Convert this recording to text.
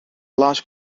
large